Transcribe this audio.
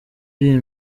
iri